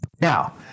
Now